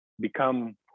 become